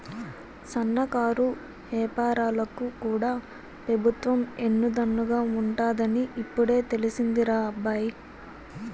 సన్నకారు ఏపారాలకు కూడా పెబుత్వం ఎన్ను దన్నుగా ఉంటాదని ఇప్పుడే తెలిసిందిరా అబ్బాయి